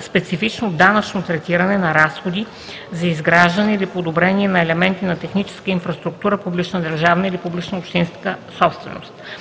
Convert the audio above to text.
„Специфично данъчно третиране на разходи за изграждане или подобрение на елементи на техническа инфраструктура – публична държавна или публична общинска собственост